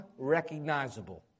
unrecognizable